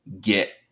get